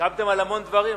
הסכמתם על המון דברים,